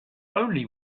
only